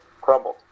crumbled